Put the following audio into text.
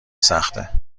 سخته